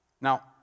Now